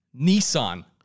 Nissan